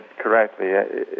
correctly